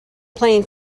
playing